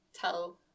tell